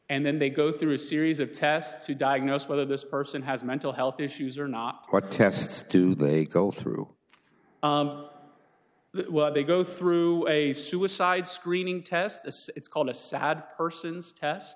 and then they go through a series of tests to diagnose whether this person has mental health issues or not what tests do they go through they go through a suicide screening test it's called a sad person's test